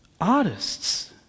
artists